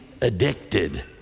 addicted